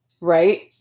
right